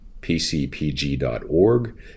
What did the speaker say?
pcpg.org